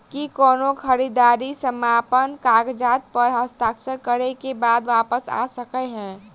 की कोनो खरीददारी समापन कागजात प हस्ताक्षर करे केँ बाद वापस आ सकै है?